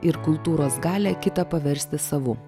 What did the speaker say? ir kultūros galią kitą paversti savu